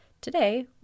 today